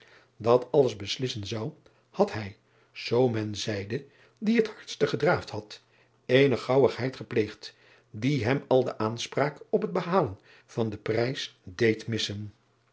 dat alles beslissen zou had hij zoo men zeide die het hardste gedraafd had eene gaauwigheid gepleegd die hem al de aanspraak op het behalen van den prijs deed missen